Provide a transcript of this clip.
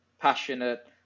passionate